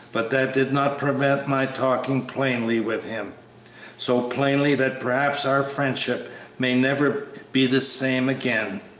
but that did not prevent my talking plainly with him so plainly that perhaps our friendship may never be the same again.